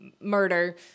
murder